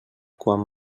quan